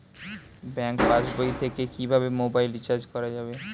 Bank পাশবই থেকে কিভাবে মোবাইল রিচার্জ করা যাবে?